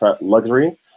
luxury